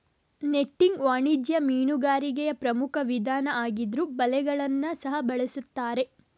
netting ವಾಣಿಜ್ಯ ಮೀನುಗಾರಿಕೆಯ ಪ್ರಮುಖ ವಿಧಾನ ಆಗಿದ್ರೂ ಬಲೆಗಳನ್ನ ಸಹ ಬಳಸ್ತಾರೆ